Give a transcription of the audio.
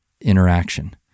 interaction